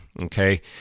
Okay